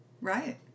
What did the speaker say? Right